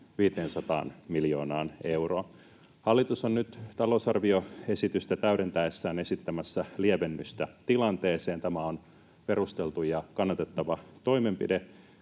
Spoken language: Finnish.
500 miljoonaan euroon. Hallitus on nyt talousarvioesitystä täydentäessään esittämässä lievennystä tilanteeseen. Tämä on perusteltu ja kannatettava toimenpide,